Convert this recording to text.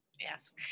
yes